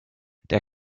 der